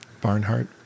barnhart